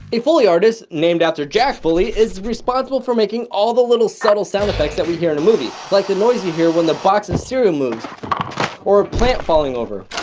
a foley artist, named after jack foley, is responsible for making all the little subtle sound effects that we hear in a movie. like the noise you hear when the box of and cereal moves or a plant falling over,